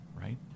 Right